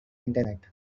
internet